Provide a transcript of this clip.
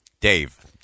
Dave